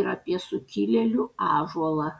ir apie sukilėlių ąžuolą